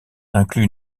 inclut